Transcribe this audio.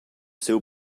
siu